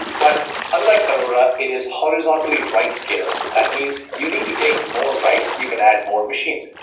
but unlike aurora, it is horizontally write scalable. that means you need to take more writes. you can add more machines.